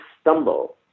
stumble